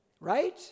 right